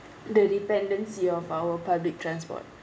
the dependency of our public transport